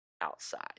outside